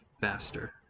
faster